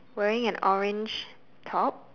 wearing an orange top